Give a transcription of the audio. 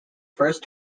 first